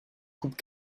coupe